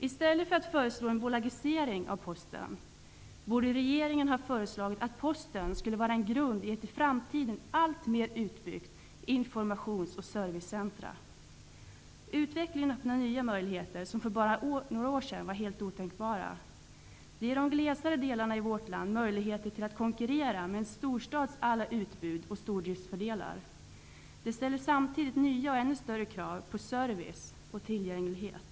I stället för att föreslå en bolagisering av Posten borde regeringen ha föreslagit att Posten skulle vara en grund i ett i framtiden alltmer utbyggt informations och servicecentrum. Utvecklingen öppnar nya möjligheter som för bara några år sedan var helt otänkbara. Den ger de glesare delarna av vårt land möjligheter att konkurrera med en storstads alla utbud och stordriftsfördelar. Den ställer samtidigt nya och ännu större krav på service och tillgänglighet.